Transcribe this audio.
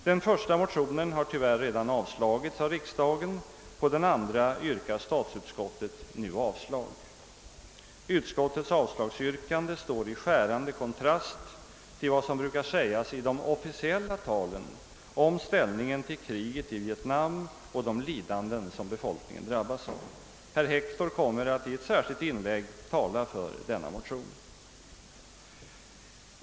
Den första motionen har tyvärr redan avslagits av riksdagen, och på den andra yrkar statsutskottet nu avslag. Utskottets avslagsyrkande står i skärande kontrast mot vad som brukar sägas i de officiella talen om inställningen till kriget i Vietnam och de lidanden som befolkningen drabbas av. Herr Hector kommer att i ett särskilt inlägg tala för denna motion.